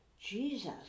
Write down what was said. jesus